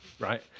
right